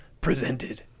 presented